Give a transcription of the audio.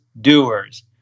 doers